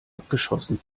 abgeschossen